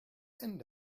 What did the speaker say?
end